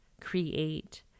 create